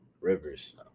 Rivers